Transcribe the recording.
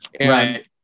Right